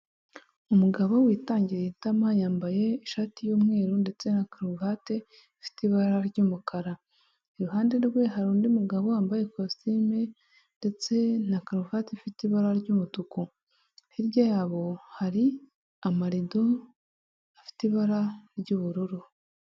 Umugabo witangiriye itama, yambaye ishati y'umweru, ndetse na karuvati ifite ibara ry'umukara, iruhande rwe hari undi mugabo wambaye ikositimu, ndetse na karuvati ifite ibara ry'umutuku, hirya yabo hari amarido, afite ibara ry'ubururu.